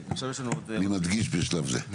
אני מדגיש בשלב זה.